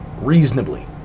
reasonably